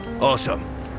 Awesome